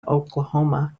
oklahoma